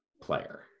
player